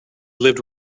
lived